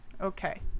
Okay